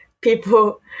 people